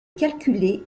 calculer